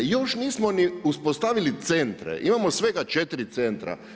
Još nismo ni uspostavili centre, imamo svega 4 centra.